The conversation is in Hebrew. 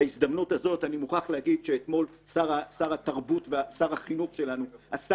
בהזדמנות הזאת אני מוכרח להגיד שאתמול שר החינוך שלנו עשה